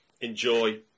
enjoy